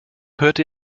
hörte